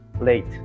late